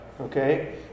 okay